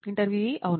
ఇంటర్వ్యూఈ అవును